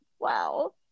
Wow